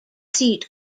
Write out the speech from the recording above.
seat